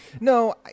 No